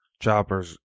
Chopper's